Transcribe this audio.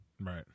right